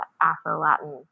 Afro-Latin